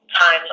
time